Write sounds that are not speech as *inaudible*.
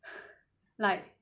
*laughs* like